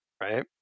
right